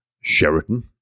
Sheraton